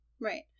Right